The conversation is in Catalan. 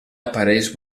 apareix